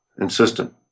insistent